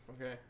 Okay